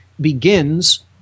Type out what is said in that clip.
begins